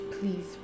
please